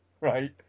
right